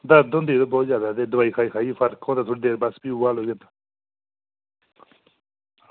दर्द होंदी बहुत ते दोआई खाइयै फर्क होंदा भी उ'ऐ थोह्ड़ी देर बाद फर्क होई जंदा